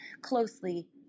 closely